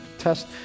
test